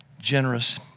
generous